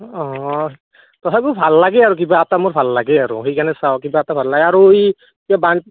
অ তথাপিতো ভাল লাগে আৰু কিবা এটা মোৰ ভাল লাগে আৰু সেইকাৰণে চাওঁ কিবা এটা ভাল লাগে আৰু এই